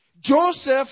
Joseph